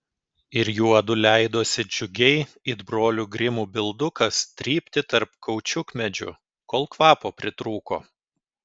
ir juodu leidosi džiugiai it brolių grimų bildukas trypti tarp kaučiukmedžių kol kvapo pritrūko